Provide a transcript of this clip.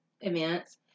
events